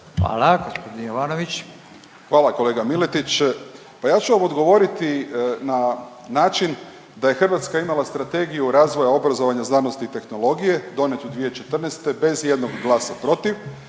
Željko (SDP)** Hvala kolega Miletić, pa ja ću vam odgovoriti na način da je Hrvatska imala Strategiju razvoja obrazovanja, znanosti i tehnologije donijetu 2014. bez jednog glasa protiv